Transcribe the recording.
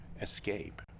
escape